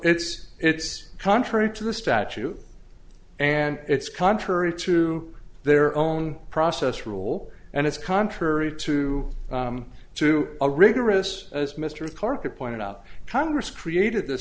it's it's contrary to the statute and it's contrary to their own process rule and it's contrary to through a rigorous as mr karkoc pointed out congress created th